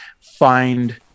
find